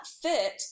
fit